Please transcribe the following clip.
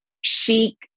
chic